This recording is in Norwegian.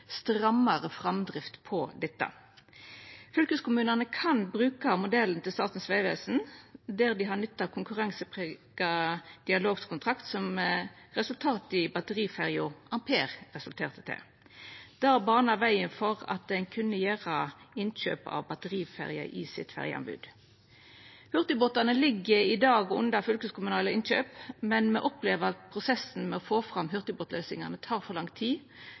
strammare framdrift på dette. Fylkeskommunane kan bruka modellen til Statens vegvesen. Dei har nytta konkurranseprega dialogskontrakt, som resulterte i batteriferja «Ampere». Det bana vegen for at ein kunne gjera innkjøp av batteriferjer i ferjeanbod. Hurtigbåtane ligg i dag under fylkeskommunale innkjøp, men me opplever at prosessen med å få fram hurtigbåtløysingane tek for lang tid.